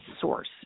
source